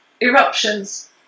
eruptions